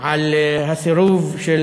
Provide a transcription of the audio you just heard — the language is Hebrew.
על הסירוב של,